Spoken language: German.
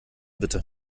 bitte